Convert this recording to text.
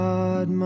God